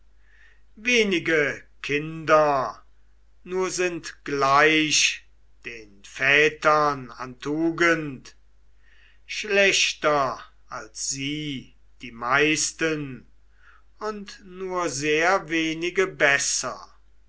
wenige kinder nur sind gleich den vätern an tugend schlechter als sie die meisten und nur sehr wenige besser